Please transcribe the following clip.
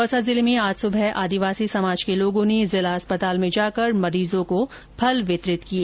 दौसा जिले में आज सुबह आदिवासी समाज के लोगों ने जिला अस्पताल में जाकर मरीजों को फल वितरित किए